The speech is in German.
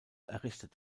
errichtet